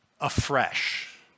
afresh